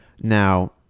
Now